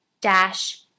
dash